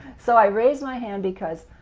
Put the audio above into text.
so i raised my hand because